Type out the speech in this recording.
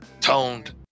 toned